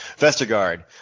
Vestergaard